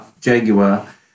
Jaguar